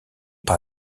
par